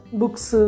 books